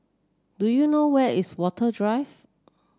do you know where is Watten Drive